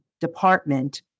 department